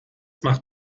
macht